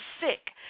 sick